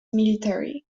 military